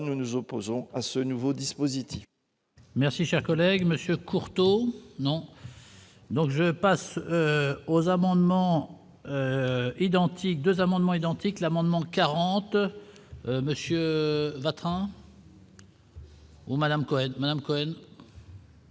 nous nous opposons à ce nouveau dispositif.